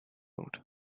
mode